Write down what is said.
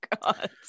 God